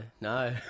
No